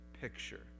picture